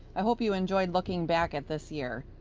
i hope you enjoyed looking back at this year.